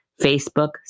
Facebook